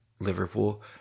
liverpool